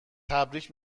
تبریگ